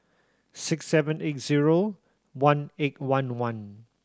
six seven eight zero one eight one one